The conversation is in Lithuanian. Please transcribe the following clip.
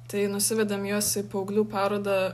tai nusivedėm juos į paauglių parodą